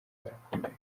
barakomereka